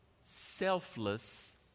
selfless